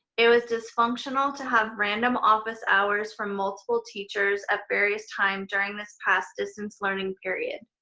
it was dysfunctional to have random office hours from multiple teachers at various times during this past distance learning period.